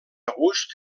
gust